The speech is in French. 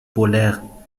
polaire